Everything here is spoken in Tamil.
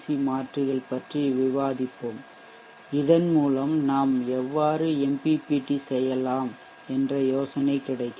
சி மாற்றிகள் பற்றி விவாதிப்போம் இதன் மூலம் நாம் எவ்வாறு MPPT செய்யலாம் என்ற யோசனை கிடைக்கும்